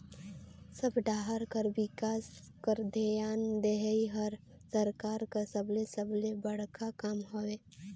सब डाहर कर बिकास बर धियान देहई हर सरकार कर सबले सबले बड़खा काम हवे